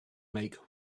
make